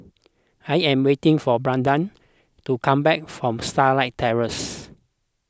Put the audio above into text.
I am waiting for Brandan to come back from Starlight Terrace